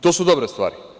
To su dobre stvari.